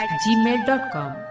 gmail.com